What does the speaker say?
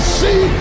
see